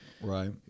Right